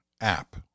app